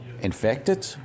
infected